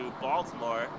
Baltimore